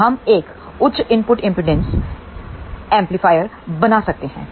तो हम एक उच्च इनपुट एमपीडांस एम्पलीफायर बना सकते हैं